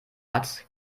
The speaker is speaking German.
hat